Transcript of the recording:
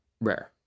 rare